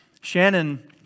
Shannon